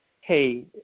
hey